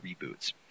reboots